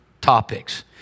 topics